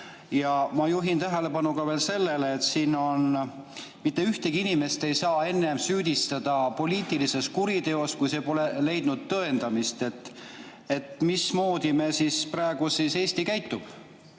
Ma juhin tähelepanu ka veel sellele, et mitte ühtegi inimest ei saa enne süüdistada poliitilises kuriteos, kui see pole leidnud tõendamist. Mismoodi siis praegu Eesti käitub?